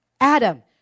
Adam